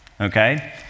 okay